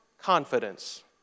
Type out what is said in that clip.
confidence